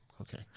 Okay